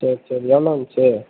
சரி சரி எவ்வளோ வந்துச்சு